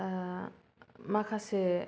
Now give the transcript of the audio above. माखासे